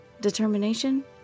Determination